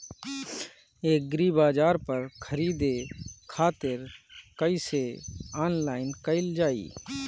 एग्रीबाजार पर खरीदे खातिर कइसे ऑनलाइन कइल जाए?